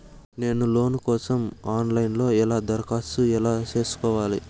నేను లోను కోసం online లో ఎలా దరఖాస్తు ఎలా సేసుకోవాలి?